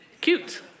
cute